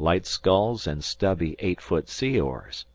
light sculls and stubby, eight-foot sea-oars.